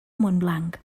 montblanc